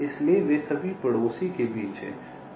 इसलिए वे सभी पड़ोसी के बीच हैं